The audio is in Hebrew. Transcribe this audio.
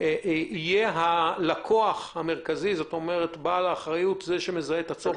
אני חושב שההצעה של היועצת שמסבירה שני